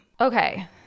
Okay